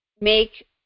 make